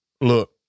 look